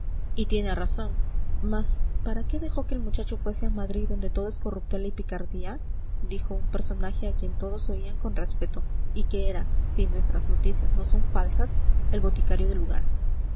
y tiene razón mas para qué dejó que el muchacho fuese a madrid donde todo es corruptela y picardía dijo un personaje a quien todos oían con respeto y que era si nuestras noticias no son falsas el boticario del lugar